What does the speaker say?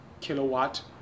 kilowatt